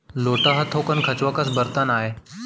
लोटा ह थोकन खंचवा कस बरतन आय